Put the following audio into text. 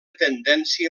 tendència